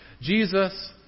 Jesus